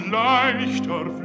leichter